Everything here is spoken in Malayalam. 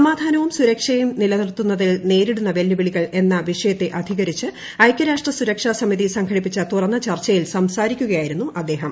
സമാധാനവും സുരക്ഷയും നിലനിർത്തുന്നതിൽ നേരിടുന്ന വെല്ലുവിളികൾ എന്ന വിഷയത്തെ അധികരിച്ച് ഐക്യരാഷ്ട്ര സുരക്ഷാ സമിതി സംഘടിപ്പിച്ച തുറന്ന ചർച്ചയിൽ സംസാരിക്കുകയായിരുന്നു അദ്ദേഹം